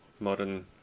modern